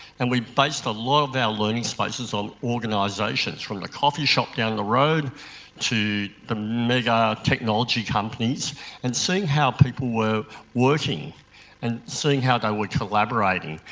and we based a lot of our learning spaces on organisations from the coffee shop down the road to the mega technology companies and seeing how people were working and seeing how they were collaborating.